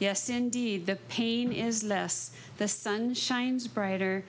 yes indeed the pain is less the sun shines brighter